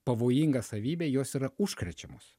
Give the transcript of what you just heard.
pavojingą savybę jos yra užkrečiamos